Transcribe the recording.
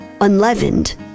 unleavened